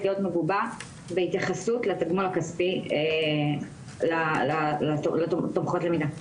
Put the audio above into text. להיות מגובה בהתייחסות לתגמול הכספי לתומכות למידה.